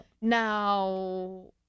Now